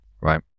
right